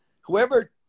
whoever